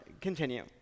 Continue